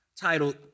titled